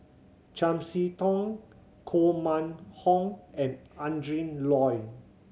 Chiam See Tong Koh Mun Hong and Adrin Loi